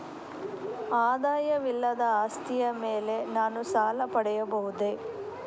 ಆದಾಯವಿಲ್ಲದ ಆಸ್ತಿಯ ಮೇಲೆ ನಾನು ಸಾಲ ಪಡೆಯಬಹುದೇ?